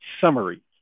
summary